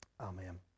Amen